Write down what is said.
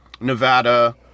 Nevada